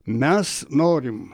mes norim